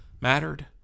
mattered